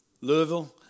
Louisville